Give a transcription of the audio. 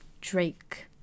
Drake